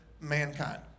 mankind